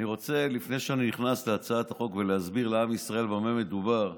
לפני שאני נכנס להצעת החוק להסביר לעם ישראל במה מדובר,